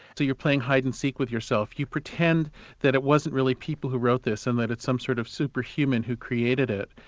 so you're playing hide-and-seek with yourself you pretend that it wasn't really people who wrote this, and that it's some sort of superhuman who created it,